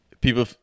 people